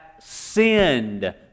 sinned